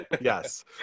yes